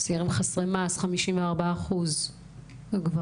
צעירים חסרי מעש, 54 אחוז גברים.